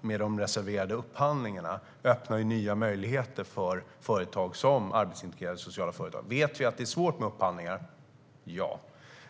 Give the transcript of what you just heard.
med de reserverade upphandlingarna, är ju att den öppnar nya möjligheter för företag som arbetsintegrerande sociala företag. Vet vi att det är svårt med upphandlingar? Ja.